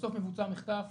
שבסוף מבוצע מחטף